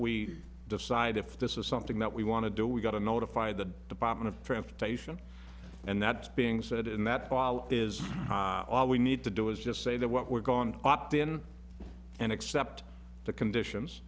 we decide if this is something that we want to do we've got to notify the department of transportation and that being said and that is all we need to do is just say that what we're going to opt in and accept the conditions